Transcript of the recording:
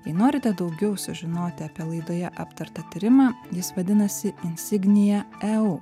jei norite daugiau sužinoti apie laidoje aptartą tyrimą jis vadinasi insignija eu